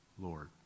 Lord